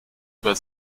über